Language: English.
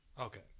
Okay